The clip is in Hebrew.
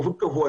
באופן קבוע,